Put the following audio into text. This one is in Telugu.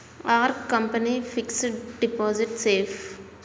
Are company fixed deposit safe?